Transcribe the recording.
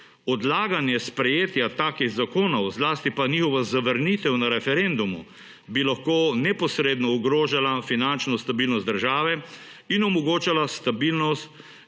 Odlaganje sprejetja takih zakonov, zlasti pa njihova zavrnitev na referendumu bi lahko neposredno ogrožala finančno stabilnost države in onemogočala stabilnost